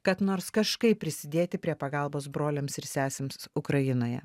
kad nors kažkaip prisidėti prie pagalbos broliams ir sesėms ukrainoje